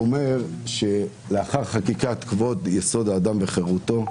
הוא אומר שלאחר חקיקת חוק-יסוד: כבוד האדם וחירותו,